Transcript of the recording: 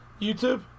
YouTube